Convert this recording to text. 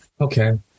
Okay